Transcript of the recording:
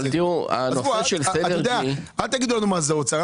אל תגידו לנו מה זה אוצר,